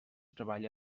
treballa